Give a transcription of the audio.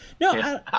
no